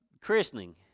christening